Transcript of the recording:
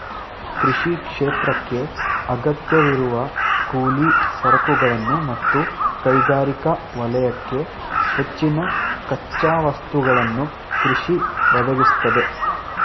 ಕೃಷಿ ಕ್ಷೇತ್ರಕ್ಕೇ ಅಗತ್ಯವಿರುವ ಕೂಲಿ ಸರಕುಗಳನ್ನು ಮತ್ತು ಕೈಗಾರಿಕಾ ವಲಯಕ್ಕೆ ಹೆಚ್ಚಿನ ಕಚ್ಚಾ ವಸ್ತುಗಳನ್ನು ಕೃಷಿ ಒದಗಿಸ್ತದೆ